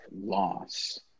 loss